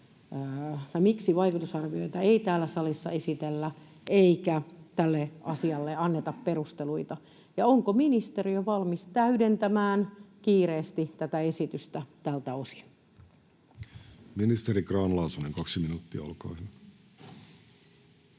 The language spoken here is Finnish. miksi vaikutusarvioita ei täällä salissa esitellä eikä tälle asialle anneta perusteluita ja onko ministeriö valmis täydentämään kiireesti tätä esitystä tältä osin. [Speech 108] Speaker: Jussi Halla-aho